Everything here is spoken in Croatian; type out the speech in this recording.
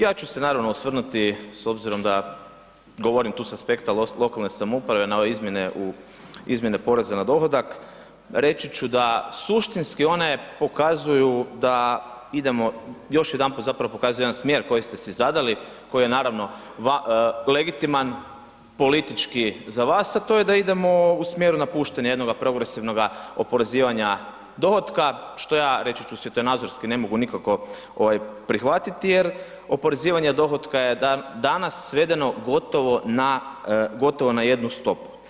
Ja ću se naravno osvrnuti s obzirom da govorim tu s aspekta lokalne samouprave na ove izmjene u, izmjene poreza na dohodak, reći ću da suštinski one pokazuju da idemo, još jedanput zapravo pokazuju jedan smjer koji ste si zadali, koji je naravno legitiman, politički za vas, a to je da idemo u smjeru napuštanja jednoga progresivnoga oporezivanja dohotka, što ja reći ću svjetonazorski ne mogu nikako ovaj prihvatiti jer oporezivanje dohotka je danas svedeno gotovo na, gotovo na jednu stopu.